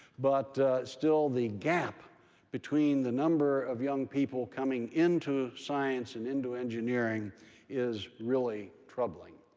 but still, the gap between the number of young people coming into science and into engineering is really troubling.